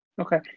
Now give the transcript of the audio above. Okay